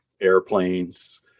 airplanes